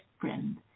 friend